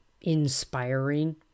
inspiring